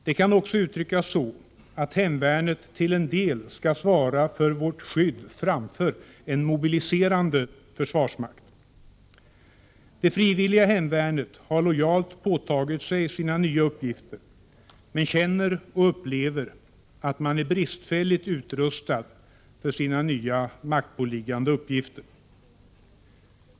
Det kan också uttryckas så att hemvärnet till en del skall svara för vårt skydd framför en mobiliserande försvarsmakt. Det frivilliga hemvärnet har lojalt påtagit sig sina nya, maktpåliggande uppgifter, men känner, och upplever, att man är bristfälligt utrustad för dem.